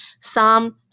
Psalm